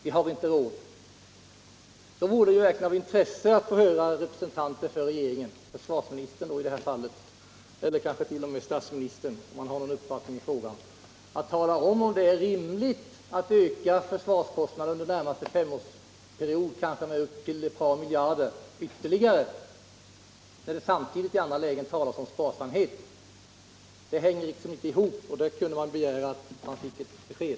I det läget vore det verkligen av intresse att få höra om representanter för regeringen — i det här fallet försvarsministern eller kanske t.o.m. statsministern — anser att det är rimligt att öka försvarskostnaderna under den närmaste femårsperioden med kanske ett par miljarder kronor, när det samtidigt på alla andra områden talas om sparsamhet. Det här går liksom inte ihop, och därför bör man kunna kräva ett besked.